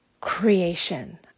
creation